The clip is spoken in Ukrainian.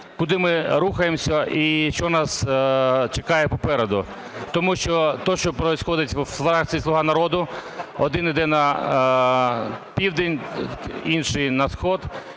куди ми рухаємося і що нас чекає попереду. Тому що те, що происходит у фракції "Слуга народу": один іде на південь, інший – на схід.